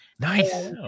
Nice